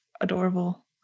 adorable